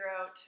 out